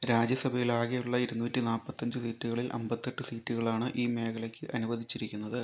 രാജ്യസഭയിൽ ആകെയുള്ള ഇരുന്നൂറ്റി നാല്പത്തഞ്ച് സീറ്റുകളിൽ അമ്പത്തെട്ട് സീറ്റുകളാണ് ഈ മേഖലയ്ക്ക് അനുവദിച്ചിരിക്കുന്നത്